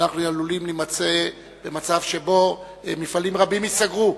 אנחנו עלולים להימצא במצב שבו מפעלים רבים ייסגרו.